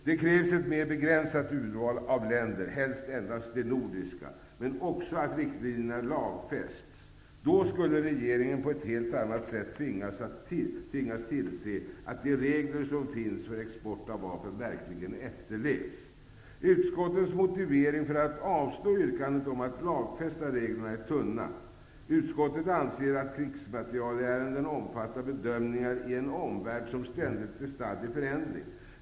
Det krävs ett mer begränsat urval av länder -- helst endast de nordiska -- men också att riktlinjerna lagfästs. Då skulle regeringen på ett helt annat sätt tvingas tillse att de regler som finns för export av vapen verkligen efterlevs. Utskottets motiveringar för att avslå yrkandet om att lagfästa reglerna är tunna. Utskottet anser att krigsmaterielärenden omfattar bedömningar i en omvärld som ständigt är stadd i förändring.